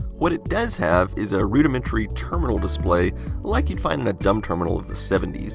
what it does have is a rudimentary terminal display like you'd find in a dumb terminal of the seventy s.